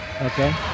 Okay